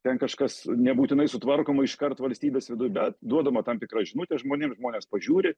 ten kažkas nebūtinai sutvarkoma iškart valstybės viduj bet duodama tam tikra žinutė žmonėm ir žmonės pažiūri